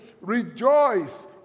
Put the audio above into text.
rejoice